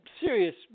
serious